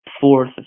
fourth